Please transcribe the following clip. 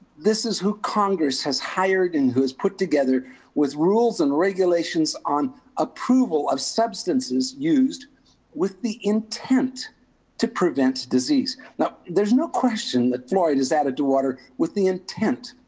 this is who congress has hired and who has put together with rules and regulations on approval of substances used with the intent to prevent disease. now, there's no question that fluoride is added to water with the intent.